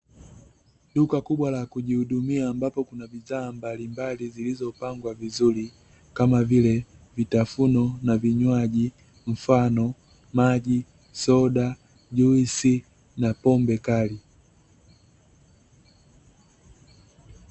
Duka kubwa la kujihudumia, ambapo kuna bidhaa mbalmbali zilizopangwa vizuri, kama vile: vitafunwa na vinywaji, mfano maji, soda, juisi na pombe kali.